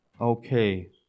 okay